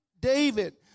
David